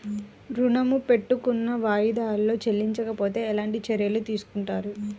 ఋణము పెట్టుకున్న వాయిదాలలో చెల్లించకపోతే ఎలాంటి చర్యలు తీసుకుంటారు?